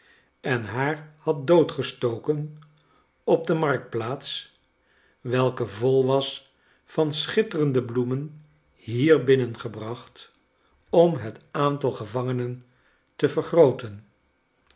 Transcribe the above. enhaar had doodgestoken op de marktplaats welke vol was van schitterende bloemen hier binnengebracht om het aantal gevangenen te vergrooten